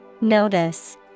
Notice